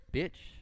Bitch